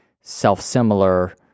self-similar